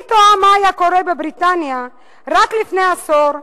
אני תוהה מה היה קורה בבריטניה, רק לפני עשור,